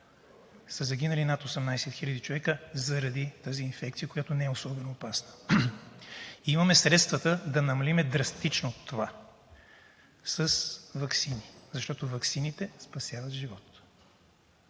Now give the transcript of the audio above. са загинали над 18 хиляди човека заради тази инфекция, която не е особено опасна. Имаме средствата да намалим драстично това с ваксина, защото ваксините спасяват живот.